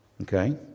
okay